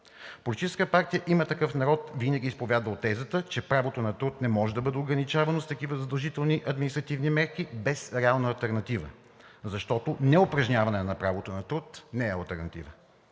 Политическа партия „Има такъв народ“ винаги е изповядвала тезата, че правото на труд не може да бъде ограничавано с такива задължителни административни мерки без реална алтернатива, защото неупражняване на правото на труд не е алтернатива.